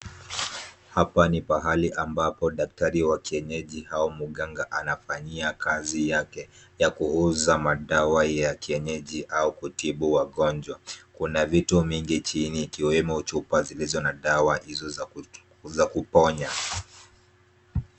Hapa ni pahali ambapo daktari wa kienyeji au mganga anafanyia kazi yake ya kuuza madawa ya kienyeji au kutibu wagonjwa. Kuna vitu mingi chini ikiwemo chupa zilizo na dawa hizo za kuponya.